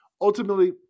ultimately